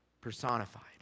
personified